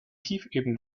tiefebene